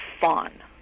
fun